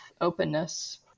openness